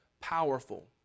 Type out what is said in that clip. powerful